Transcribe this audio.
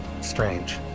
Strange